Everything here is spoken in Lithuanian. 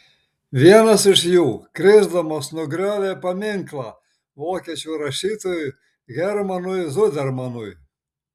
vienas iš jų krisdamas nugriovė paminklą vokiečių rašytojui hermanui zudermanui